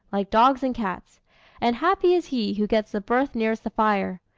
like dogs and cats and happy is he who gets the berth nearest the fire.